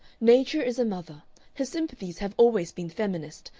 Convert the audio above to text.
nature is a mother her sympathies have always been feminist,